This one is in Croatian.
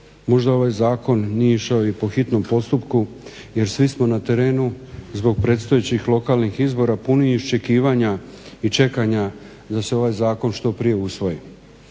možda ovaj zakon nije išao i po hitnom postupku jer svi smo na terenu zbog predstojećih lokalnih izbora puni iščekivanja i čekanja da se ovaj zakon što prije usvoji.